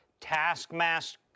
Taskmaster